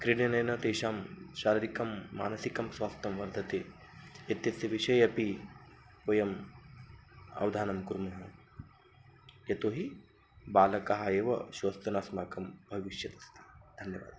क्रीडनेन तेषां शारीरिकं मानसिकं स्वास्थ्यं वर्धते इत्यस्य विषये अपि वयम् अवधानं कुर्मः यतो हि बालकः एव श्वस्तनम् अस्माकं भविष्यत् अस्ति धन्यवादः